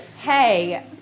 hey